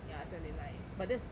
ya seventy nine but that's